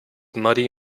muddy